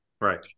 Right